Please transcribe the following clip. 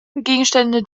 gegenstände